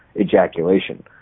ejaculation